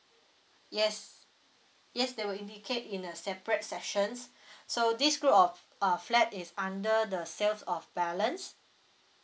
yes yes they will indicate in a separate sessions so this group of uh flat is under the sales of balance